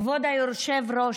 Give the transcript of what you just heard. כבוד היושב-ראש,